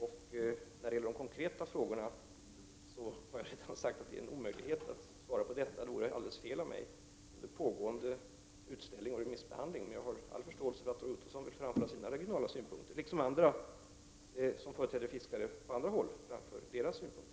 Beträffande de konkreta frågorna har jag redan sagt att det vore alldeles fel av mig att svara på dem under pågående utställning och remissbehandling. Men jag har förståelse för att Roy Ottosson vill framföra sina regionala synpunkter, på samma sätt som andra som företräder fiskare på andra håll framför sina synpunkter.